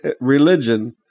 religion